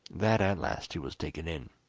that at last he was taken in.